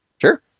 Sure